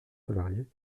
salariés